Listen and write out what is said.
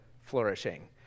flourishing